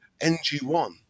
NG1